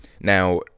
Now